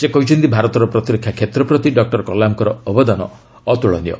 ସେ କହିଛନ୍ତି ଭାରତର ପ୍ରତିରକ୍ଷା କ୍ଷେତ୍ର ପ୍ରତି ଡକ୍ଟର କଲାମଙ୍କର ଅବଦାନ ଅତ୍କଳନୀୟ